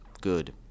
good